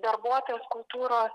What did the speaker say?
darbuotojas kultūros